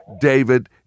David